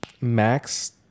Max